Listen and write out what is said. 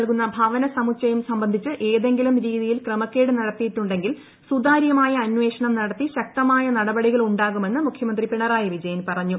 നൽകുന്ന ഭവനസമുച്ചയം സംബന്ധിച്ചു ഏതെങ്കിലും രീതിയിൽ ക്രമക്കേട് നടത്തിയിട്ടുണ്ടെങ്കിൽ സുതാര്യമായ അന്വേഷണം നടത്തി ശക്തമായ നടപടികൾ ഉണ്ടാകുമെന്ന് മുഖ്യമന്ത്രി പിണറായി വിജയൻ പറഞ്ഞു